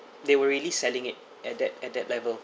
they were really selling it at that at that level